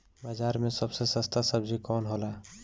बाजार मे सबसे सस्ता सबजी कौन होला?